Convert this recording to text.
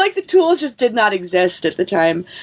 like the tools just did not exist at the time.